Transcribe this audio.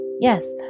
Yes